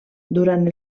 durant